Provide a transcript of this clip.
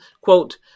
quote